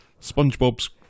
SpongeBob's